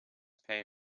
pay